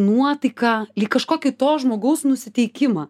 nuotaiką lyg kažkokį to žmogaus nusiteikimą